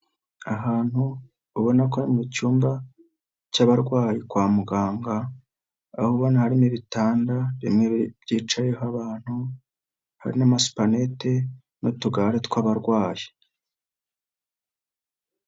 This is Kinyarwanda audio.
Ahantu ubona ko ari mu cyumba cy'abarwayi kwa muganga, aho ubona harimo ibitanda bimwe byicayeho abantu, hari n'amasupanete n'utugare tw'abarwayi.